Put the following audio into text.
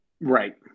Right